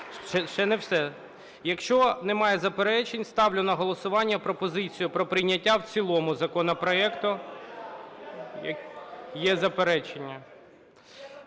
Ще не все. Якщо немає заперечень, ставлю на голосування пропозицію про прийняття в цілому законопроекту. (Шум в залі) Є заперечення.